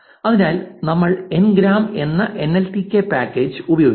അതിനായി ഞങ്ങൾ എൻഗ്രാമ് എന്ന എൻഎൽടികെ പാക്കേജ് ഉപയോഗിക്കും